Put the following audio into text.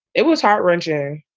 it was heart wrenching